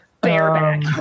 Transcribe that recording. Bareback